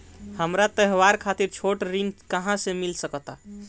हमरा त्योहार खातिर छोट ऋण कहाँ से मिल सकता?